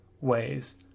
ways